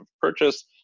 purchase